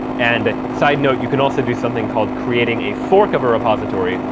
and side note, you can also do something called creating a fork of a repository,